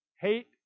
Hate